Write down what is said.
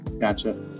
Gotcha